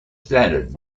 standard